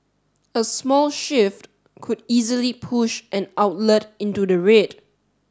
a small shift could easily push an outlet into the red